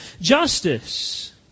justice